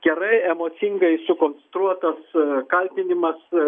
gerai emocingai sukonstruotas kaltinimas